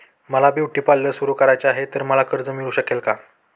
मला beauty parlour सुरू करायचे आहे तर मला कर्ज मिळू शकेल का?